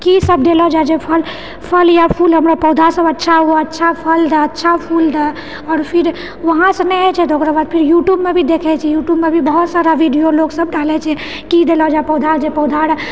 किसभ देलो जाइछै फल फल या फूल हमरा पौधासभ अच्छा हुए अच्छा फल दए अच्छा फूल दए आओर फिर वहाँसँ नहि होइत छै तऽ ओकराबाद फिर यूट्यूबमे भी देखैत छी यूट्यूबमे भी बहुत सारा वीडियो लोग सभ डालए छै कि देलो जाए पौधा जे पौधा